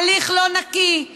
הליך לא נקי,